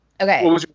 Okay